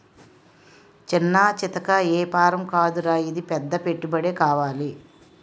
చిన్నా చితకా ఏపారం కాదురా ఇది పెద్ద పెట్టుబడే కావాలి